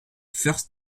first